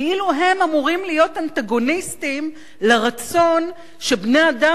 כאילו הם אמורים להיות אנטגוניסטים לרצון שבני-אדם